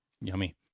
yummy